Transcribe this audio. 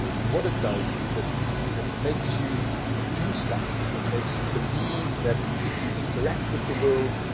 and what it does, is it is it makes you do stuff, it makes you believe that if you interact with the world,